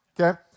okay